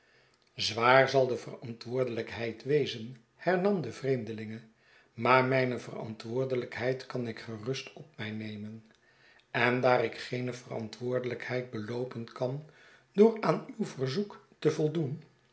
zwaar zal de verantwoordelijkheid wezen hernam de vreemdelinge maar mijne verantwoordelijkheid kan ik gerust op mij nernen en daar ik geene verantwoordelijkheid beloopen kan door aan uw verzoek te voldoen